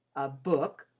a book,